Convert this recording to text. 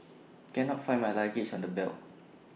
cannot find my luggage on the belt